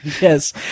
Yes